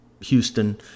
Houston